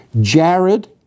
Jared